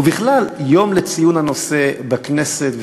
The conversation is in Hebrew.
ובכלל, יום לציון הנושא בכנסת.